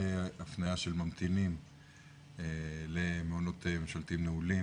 לגבי הפניה של ממתינים למעונות ממשלתיים נעולים